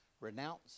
renounce